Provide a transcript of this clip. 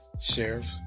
sheriff